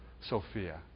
Sophia